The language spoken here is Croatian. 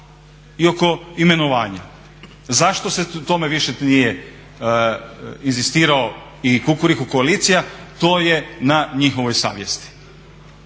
i oko imenovanja. Zašto se tome više nije inzistirao i Kukuriku koalicija to je na njihovoj savjesti.